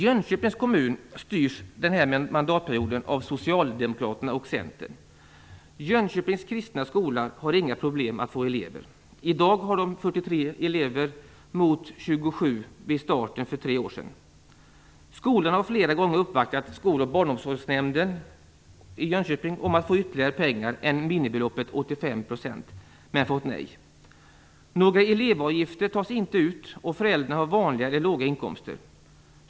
Jönköpings kommun styrs den här mandatperioden av Socialdemokraterna och Centern. Jönköpings kristna skola har inga problem att få elever. I dag har den 43 elever mot 27 vid starten för tre år sedan. Skolan har flera gånger uppvaktat skol och barnomsorgsnämnden i Jönköping om att få ytterligare pengar utöver minimibeloppet 85 %, men fått nej. Några elevavgifter tas inte ut, och föräldrarna har vanliga eller låga inkomster.